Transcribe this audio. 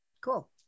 Cool